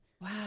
Wow